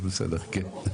כן?